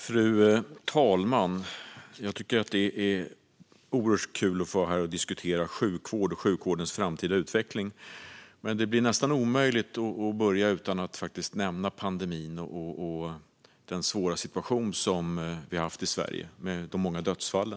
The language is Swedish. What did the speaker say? Fru talman! Det är kul att vara här och diskutera sjukvård och sjukvårdens framtida utveckling. Men det är omöjligt att inte nämna pandemin och den svåra situationen i Sverige med många dödsfall.